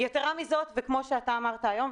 יתרה מזאת וכמו שאמרת היום,